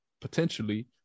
Potentially